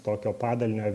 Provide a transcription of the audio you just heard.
tokio padalinio